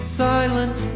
silent